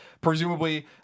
Presumably